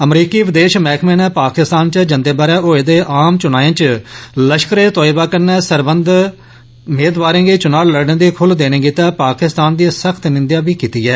अमरीकी विदेश मैहकमे नै पाकिस्तान च जंदे ब'रे होए दे आम चुनाएं च लश्करे तैयबा कन्नै सरबंधत मेदवारे गी चुना लड़ने दी खुल्ल देने गितै पाकिस्तान दी सख्त निंदेओ बी कीती ऐ